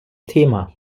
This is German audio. thema